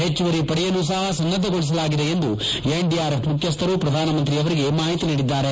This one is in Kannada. ಹೆಚ್ಚುವರಿ ಪಡೆಯನ್ನೂ ಸಹ ಸನ್ನದ್ದಗೊಳಿಸಲಾಗಿದೆ ಎಂದು ಎನ್ಡಿಆರ್ಎಫ್ ಮುಖ್ಯಸ್ಹರು ಶ್ರಧಾನಮಂತ್ರಿಯವರಿಗೆ ಮಾಹಿತಿ ನೀಡಿದ್ದಾರೆ